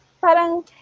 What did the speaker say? parang